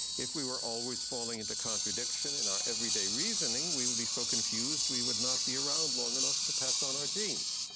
if we were always falling into contradiction in our everyday reasoning, we would be so confused we would not be around long enough to pass on our genes.